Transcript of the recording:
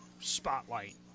spotlight